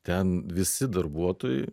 ten visi darbuotojai